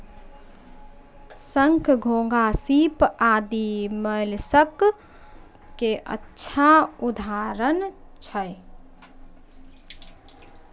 शंख, घोंघा, सीप आदि मोलस्क के अच्छा उदाहरण छै